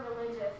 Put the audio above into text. religious